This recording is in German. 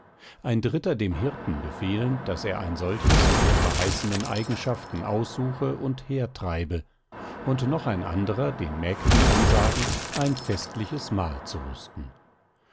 ein dritter dem hirten befehlen daß er ein solches mit den verheißenen eigenschaften aussuche und hertreibe und noch ein anderer den mägden ansagen ein festliches mahl zu rüsten